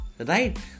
Right